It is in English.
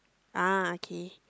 ah okay